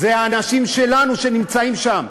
אלה האנשים שלנו שנמצאים שם.